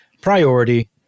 priority